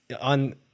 on